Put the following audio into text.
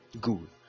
good